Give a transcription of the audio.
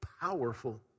powerful